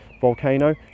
volcano